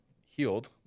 healed